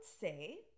say